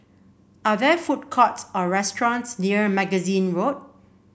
are there food courts or restaurants near Magazine Road